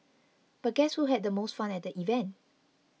but guess who had the most fun at the event